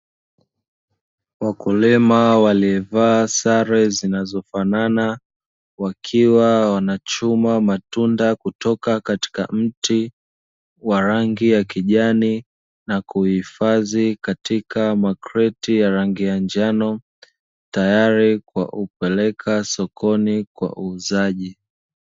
Wakulima waliovaa sare zinazofanana, wakiwa wanachuma matunda kutoka katika mti wa rangi ya kijani na kuhifadhi katika makreti ya rangi ya njano tayari kwa kupeleka sokoni kwa uuzaji.